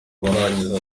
barangiza